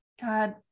god